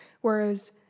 Whereas